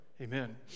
Amen